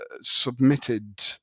submitted